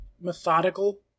methodical